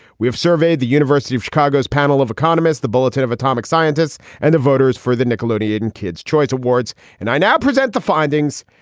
we have surveyed the university of chicago's panel of economists, the bulletin of atomic scientists and the voters for the nickelodeon kids choice awards. and i now present the findings.